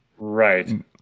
Right